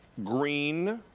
green.